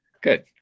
Good